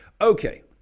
Okay